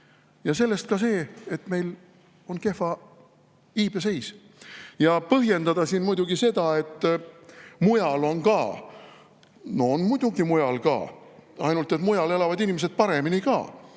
Ja sellest ka see, et meil on kehv iibeseis. Põhjendati seda sellega, et mujal on ka. On muidugi mujal ka, ainult et mujal elavad inimesed paremini ka.